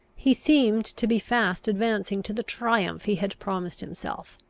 he seemed to be fast advancing to the triumph he had promised himself.